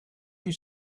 you